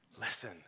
Listen